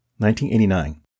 1989